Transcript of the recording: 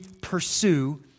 pursue